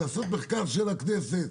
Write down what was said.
לעשות מחקר של הכנסת.